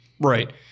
Right